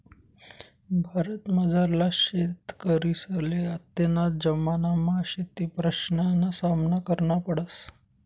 भारतमझारला शेतकरीसले आत्तेना जमानामा शेतीप्रश्नसना सामना करना पडस